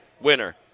winner